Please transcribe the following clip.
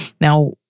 Now